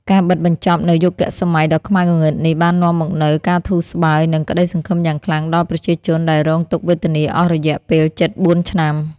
ការបិទបញ្ចប់នូវយុគសម័យដ៏ខ្មៅងងឹតនេះបាននាំមកនូវការធូរស្បើយ និងក្តីសង្ឃឹមយ៉ាងខ្លាំងដល់ប្រជាជនដែលរងទុក្ខវេទនាអស់រយៈពេលជិត ៤ ឆ្នាំ។